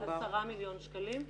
ב-10 מיליון שקלים.